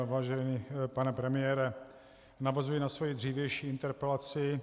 Vážený pane premiére, navazuji na svoji dřívější interpelaci.